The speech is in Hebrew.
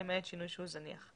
למעט שינוי שהוא זניח.